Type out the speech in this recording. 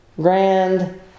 grand